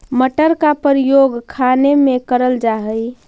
मटर का प्रयोग खाने में करल जा हई